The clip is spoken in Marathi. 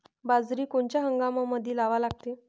बाजरी कोनच्या हंगामामंदी लावा लागते?